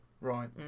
Right